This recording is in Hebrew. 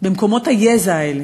במקומות היזע האלה.